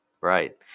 right